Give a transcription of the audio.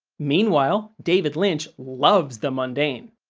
meanwhile, david lynch loves the mundane.